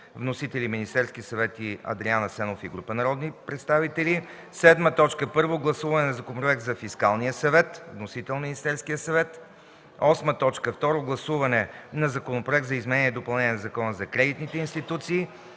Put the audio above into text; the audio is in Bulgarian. вносители: Министерски съвет и Адриан Асенов и група народни представители. 7. Първо гласуване на Законопроект за Фискалния съвет – вносител: Министерски съвет. 8. Второ гласуване на Законопроекта за изменение и допълнение на Закона за кредитните институции.